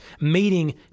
meeting